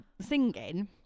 singing